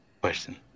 Question